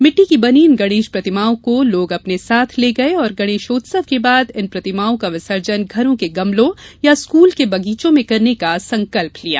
मिट्टी की बनी इन गणेश प्रतिमाओं को लोग अपने साथ ले गए और गणेशोत्सव के बाद इन प्रतिमाओं का विसर्जन घरों के गमलों या स्कूल के बगीचों में करने का संकल्प लिया